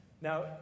Now